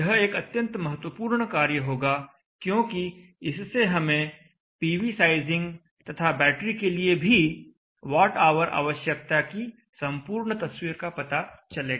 यह एक अत्यंत महत्वपूर्ण कार्य होगा क्योंकि इससे हमें पीवी साइजिंग तथा बैटरी के लिए भी वाट ऑवर आवश्यकता की संपूर्ण तस्वीर का पता चलेगा